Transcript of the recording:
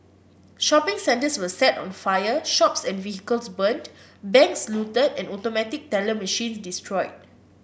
shopping centres were set on fire shops and vehicles burnt banks looted and automatic teller machines destroyed